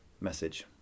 message